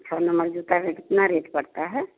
छह नम्बर जूता का कितना रेट पड़ता है